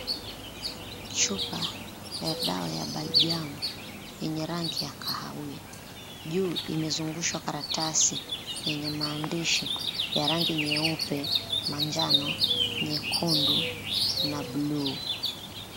Chupa ya dawa ya baljam yenye rangi ya kahawia. Juu imezungushwa karatasi yenye maandishi ya rangi nyeupe, manjano, nyekundu na bluu .